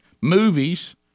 Movies